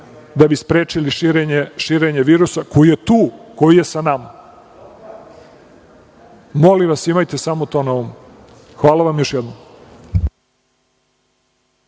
da bi sprečili širenje virusa, koji je tu, koji je sa nama? Molim vas, imajte samo to na umu. Hvala vam još jednom.